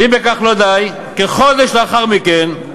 ואם בכך לא די, כחודש לאחר מכן,